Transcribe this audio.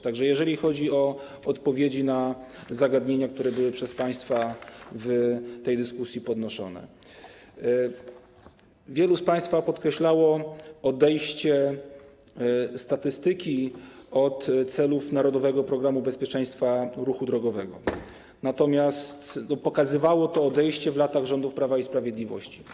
Tak że jeżeli chodzi o odpowiedzi na pytania, zagadnienia, które były przez państwa w tej dyskusji podnoszone, to wielu z państwa podkreślało kwestię odejścia w statystyce od celów „Narodowego programu bezpieczeństwa ruchu drogowego”, natomiast pokazywało to odejście w latach rządów Prawa i Sprawiedliwości.